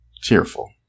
Cheerful